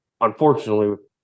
unfortunately